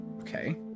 Okay